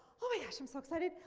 oh my gosh, i'm so excited,